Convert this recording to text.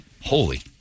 holy